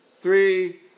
three